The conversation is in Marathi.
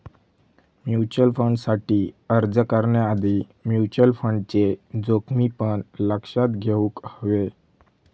म्युचल फंडसाठी अर्ज करण्याआधी म्युचल फंडचे जोखमी पण लक्षात घेउक हवे